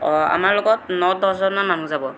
আমাৰ লগত ন দহজনমান মানুহ যাব